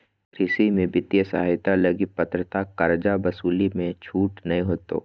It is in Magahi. कृषि में वित्तीय सहायता लगी पात्रता कर्जा वसूली मे छूट नय होतो